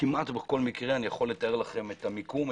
כמעט בכל מקרה אני יכול לתאר לכם את המיקום,